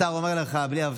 השר לא נותן פה הבטחות.